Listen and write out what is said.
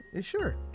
Sure